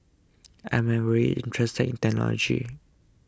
I'm very interested in technology